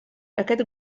aquest